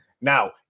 Now